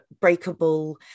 breakable